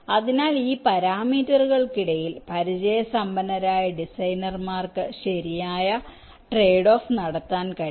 അതിനാൽ ഈ പാരാമീറ്ററുകൾക്കിടയിൽ പരിചയസമ്പന്നരായ ഡിസൈനർമാർക്ക് ശരിയായ ട്രേഡ്ഓഫ് നടത്താൻ കഴിയും